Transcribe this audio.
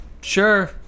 Sure